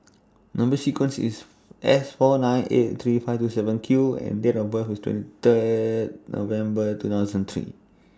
Number sequence IS S four nine eight three five two seven Q and Date of birth IS twenty Third November two thousand and three